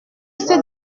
c’est